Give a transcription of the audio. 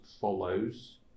follows